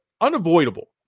unavoidable